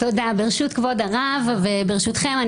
ברשות כבוד הרב וברשותכם,